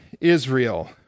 Israel